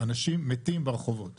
אנשים מתים ברחובות